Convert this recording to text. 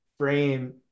frame